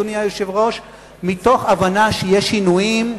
מתוך הבנה שיש שינויים,